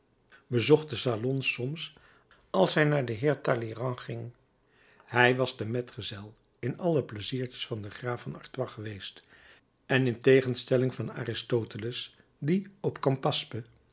bezocht den salon soms als hij naar den heer talleyrand ging hij was de metgezel in alle pleiziertjes van den graaf van artois geweest en in tegenstelling van aristoteles die op campaspe